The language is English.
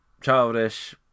childish